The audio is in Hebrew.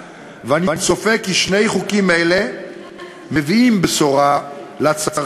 קשה לי ביום כזה שלא לייחל לאחריות הזאת